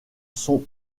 sont